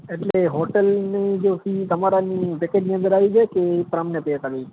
એટલે હોટૅલની જો ફી તમારાની પૅકેજની અંદર આવી જાય કે એ પણ અમને પે કરવી પડે